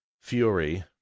fury